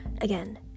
Again